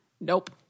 Nope